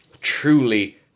truly